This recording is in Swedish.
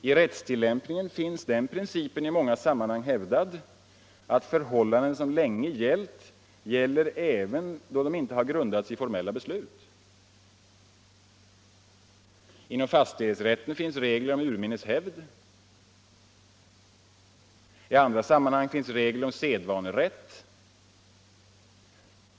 I rättstillämpningen finns = är en monarki den principen i många sammanhang hävdad, att förhållanden som länge gällt, gäller även om de inte grundats i formella beslut. Inom fastighetsrätten finns regler om urminneshävd. I andra sammanhang finns regler om sedvanerätt.